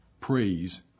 Praise